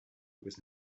was